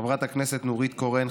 חברת הכנסת נורית קורן,